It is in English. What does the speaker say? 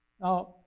Now